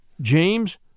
James